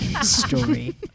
story